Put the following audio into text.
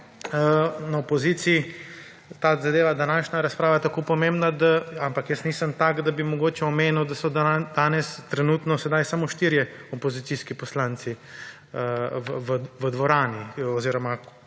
na opozicija ta zadeva današnja razprava je tako pomembna da, ampak jaz nisem tak, da bi mogoče omenil, da so danes trenutno sedaj samo štirje opozicijski poslanci v dvorani oziroma